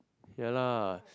ya lah